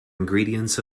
ingredients